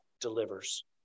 delivers